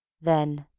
then,